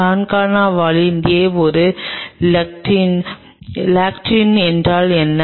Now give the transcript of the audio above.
கான்கானா வாலின் A ஒரு lectin lectin என்றால் என்ன